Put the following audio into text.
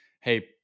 hey